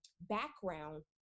background